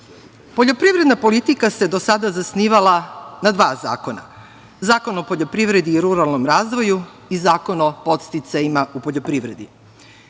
proizvoda. Poljoprivredna politika se do sada zasnivala na dva zakona, Zakon o poljoprivredi i ruralnom razvoju i Zakon o podsticajima u poljoprivredi.Međutim,